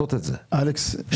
לעשות את זה אולי חודש,